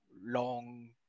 long